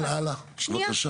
הלאה, הלאה, בבקשה.